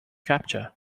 capture